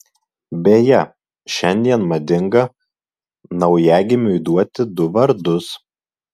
beje šiandien madinga naujagimiui duoti du vardus